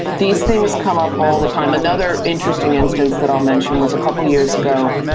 these things come up all the time. another interesting instance that i'll mention was a couple of years ago,